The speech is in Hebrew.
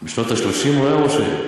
בשנות ה-30 הוא לא היה ראש העיר.